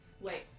Wait